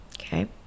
Okay